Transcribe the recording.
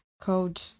code